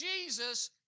Jesus